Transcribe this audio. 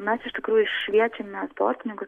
mes iš tikrųjų šviečiame sportininkus